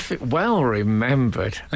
well-remembered